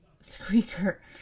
squeaker